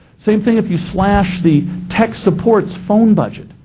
same thing if you slash the tech support's phone budget.